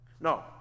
no